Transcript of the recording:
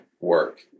work